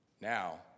Now